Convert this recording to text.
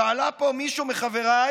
שעלה פה מישהו מחבריי